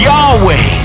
Yahweh